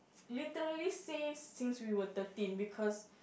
literally say since we were thirteen because